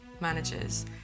managers